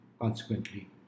consequently